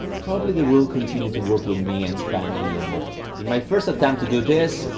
probably they will continue to work with me and spend a little more. in my first attempt to do this,